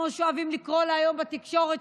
כמו שאוהבים לקרוא לה היום בתקשורת,